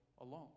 alone